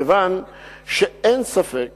כיוון שאין ספק